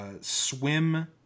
swim